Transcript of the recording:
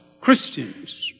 Christians